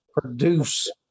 produce